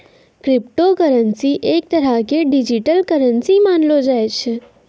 crypto currency एक तरह के डिजिटल करन्सी मानलो जाय छै